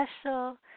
special